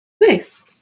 Nice